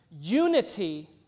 unity